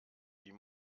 die